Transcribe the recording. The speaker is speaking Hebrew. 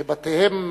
שאת בתיהן